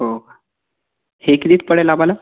हो हे क्लिट पडेल आम्हाला